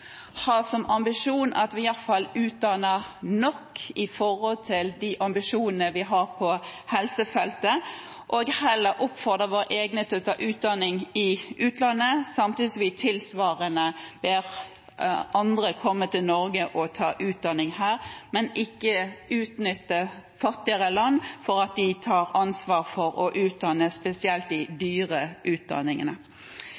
ha som ambisjon at vi iallfall utdanner nok i forhold til de ambisjonene vi har på helsefeltet, og heller oppfordrer våre egne til å ta utdanning i utlandet, samtidig som vi tilsvarende ber andre komme til Norge og ta utdanning her, men ikke utnytter fattigere land ved at de tar ansvar for å utdanne innen spesielt de